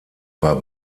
war